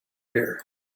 here